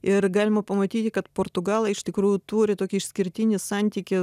ir galima pamatyti kad portugalai iš tikrųjų turi tokį išskirtinį santykį